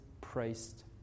praised